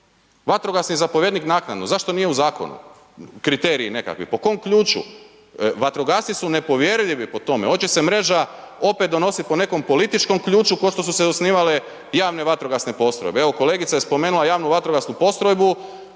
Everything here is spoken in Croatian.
Vatrogasni zapovjednik naknadno. Zašto nije u zakonu kriteriji nekakvi, po kom ključu? Vatrogasci su nepovjerljivi po tome, hoće li se mreža opet donositi opet po nekom političkom ključu, kao što su se osnivale javne vatrogasne postrojbe. Evo, kolegica je spomenula javnu vatrogasnu postrojbu,